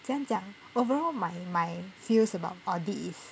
怎样讲 overall my my feels about audit is